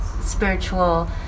spiritual